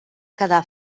quedar